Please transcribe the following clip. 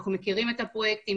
אנחנו מכירים את הפרויקטים,